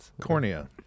Cornea